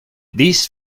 this